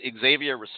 Xavier